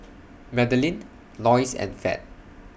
Madelene Loyce and Fed